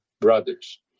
brothers